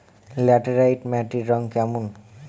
Laterite মাটির রং কেমন?